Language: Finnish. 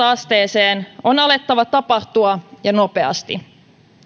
asteeseen on alettava tapahtua ja nopeasti